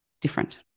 Different